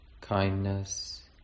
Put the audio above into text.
kindness